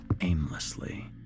aimlessly